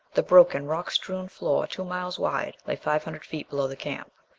the broken, rock-strewn floor, two miles wide, lay five hundred feet below the camp.